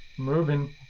moving